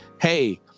hey